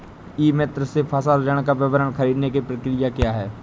ई मित्र से फसल ऋण का विवरण ख़रीदने की प्रक्रिया क्या है?